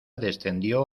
descendió